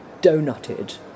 Donutted